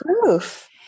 Proof